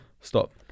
Stop